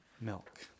milk